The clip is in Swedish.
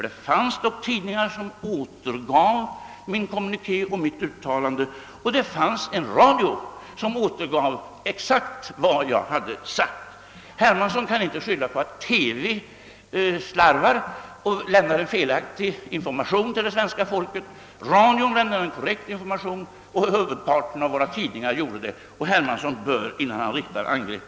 Det fanns dock tidningar som återgav min kommuniké, och det fanns en radio som exakt redogjorde för vad jag yttrat. Herr Hermansson kan inte skylla på att TV slarvar och lämnar felaktig information till det svenska folket. Radion lämnade en korrekt information liksom huvudparten av våra tidningar, och herr Hermansson bör ha klart för sig läget innan han kommer med sina angrepp.